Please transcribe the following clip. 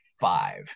five